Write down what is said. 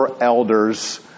elders